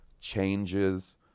changes